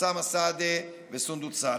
אוסאמה סעדי וסונדוס סאלח.